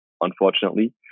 unfortunately